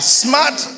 smart